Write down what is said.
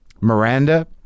Miranda